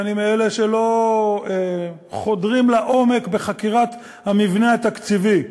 ואני מאלה שלא חודרים לעומק בחקירת המבנה התקציבי,